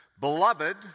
Beloved